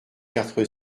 quatre